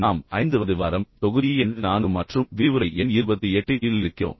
நாம் 5 வது வாரம் தொகுதி எண் 4 மற்றும் விரிவுரை எண் 28 இல் இருக்கிறோம்